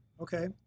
Okay